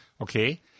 Okay